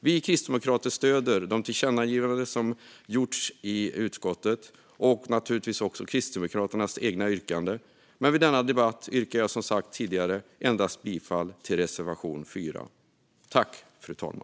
Vi kristdemokrater stöder de tillkännagivanden som föreslås i utskottet och naturligtvis även Kristdemokraternas egna yrkanden, men i denna debatt yrkar jag bifall endast till reservation 4, som sagt.